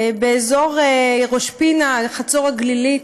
באזור ראש פינה, חצור הגלילית,